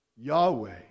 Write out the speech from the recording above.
Yahweh